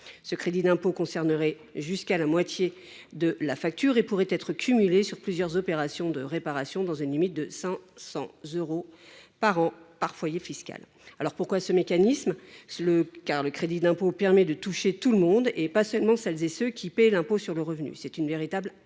Ce crédit d’impôt concernerait jusqu’à la moitié de la facture et pourrait être cumulé sur plusieurs opérations de réparation, dans une limite de 500 euros par an et par foyer fiscal. Pourquoi ce mécanisme ? Le crédit d’impôt permet de toucher tout le monde, et pas seulement celles et ceux qui paient l’impôt sur le revenu. C’est une véritable